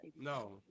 No